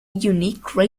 unique